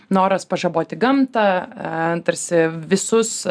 noras pažaboti gamtą tarsi visus